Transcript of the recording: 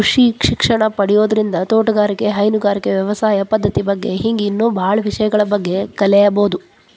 ಕೃಷಿ ಶಿಕ್ಷಣ ಪಡಿಯೋದ್ರಿಂದ ತೋಟಗಾರಿಕೆ, ಹೈನುಗಾರಿಕೆ, ವ್ಯವಸಾಯ ಪದ್ದತಿ ಬಗ್ಗೆ ಹಿಂಗ್ ಇನ್ನೂ ಬಾಳ ವಿಷಯಗಳ ಬಗ್ಗೆ ಕಲೇಬೋದು